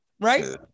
right